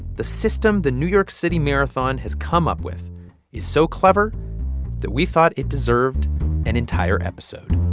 the system the new york city marathon has come up with is so clever that we thought it deserved an entire episode